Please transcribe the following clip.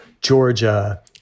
Georgia